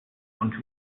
und